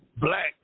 Black